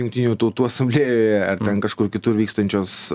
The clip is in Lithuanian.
jungtinių tautų asamblėjoje ar ten kažkur kitur vykstančios